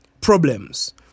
problems